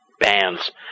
bands